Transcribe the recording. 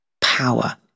power